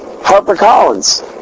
HarperCollins